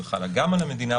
זה חל גם על המדינה,